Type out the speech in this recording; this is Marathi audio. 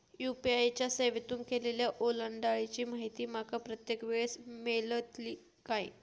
यू.पी.आय च्या सेवेतून केलेल्या ओलांडाळीची माहिती माका प्रत्येक वेळेस मेलतळी काय?